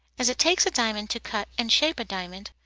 as it takes a diamond to cut and shape a diamond,